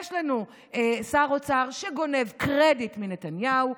יש לנו שר אוצר שגונב קרדיט מנתניהו,